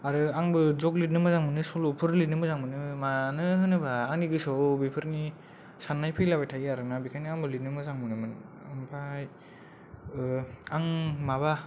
आरो आंबो जक लिरनो मोजां मोनो सल'फोर लिरनो मोजां मोनो मानो होनोबा आंनि गोसोयाव बेफोरनि साननाय फैलाबाय थायो आरो ना बेखायनो आंबो लिरनो मोजां मोनोमोन ओमफ्राय आं माबा